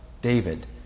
David